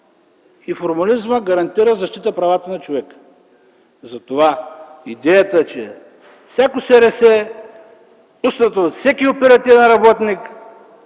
и гарантира защитата правата на човека. Затова идеята, че всяко СРС, пуснато от всеки оперативен работник